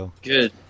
Good